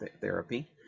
therapy